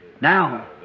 Now